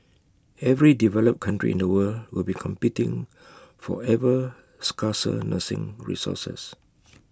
every developed country in the world will be competing for ever scarcer nursing resources